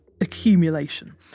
accumulation